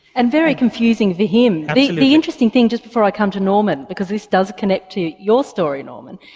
and very confusing for him. the the interesting thing just before i come to norman because this does connect to your story norman,